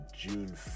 June